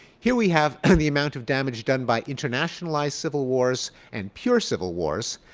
here we have ah the amount of damage done by internationalized civil wars and pure civil wars.